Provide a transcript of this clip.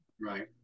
Right